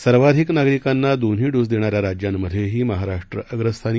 सर्वाधिक नागरिकांना दोन्ही डोस देणाऱ्या राज्यांमध्येही महाराष्ट्र अग्रस्थानी